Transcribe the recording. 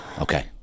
Okay